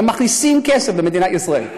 הם מכניסים למדינת ישראל.